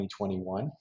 2021